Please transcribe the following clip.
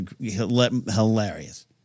hilarious